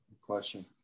Question